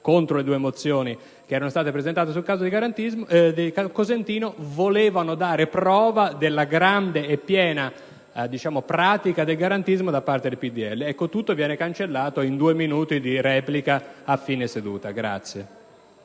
contro le due mozioni presentate sul caso Cosentino volevano dare prova della grande e piena pratica del garantismo da parte del PdL, tutto viene cancellato in due minuti di replica a fine seduta.